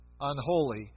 Unholy